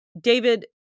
david